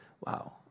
wow